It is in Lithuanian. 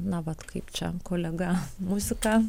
na vat kaip čia kolega muzika